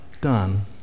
done